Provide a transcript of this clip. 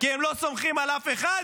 כי הם לא סומכים על אף אחד.